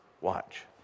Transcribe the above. Watch